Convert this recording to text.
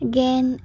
Again